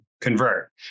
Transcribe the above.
convert